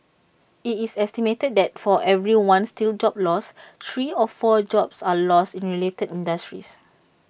IT is estimated that for every one steel job lost three or four jobs are lost in related industries